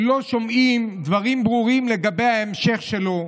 אנחנו לא שומעים דברים ברורים לגבי ההמשך שלו,